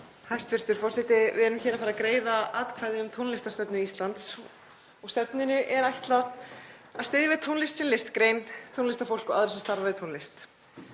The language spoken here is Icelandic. Hæstv. forseti. Við erum að fara að greiða atkvæði um tónlistarstefnu Íslands. Stefnunni er ætlað að styðja við tónlist sem listgrein, tónlistarfólk og aðra sem starfa við tónlist.